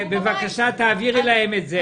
בבקשה תעבירי להם את זה.